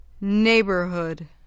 neighborhood